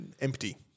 empty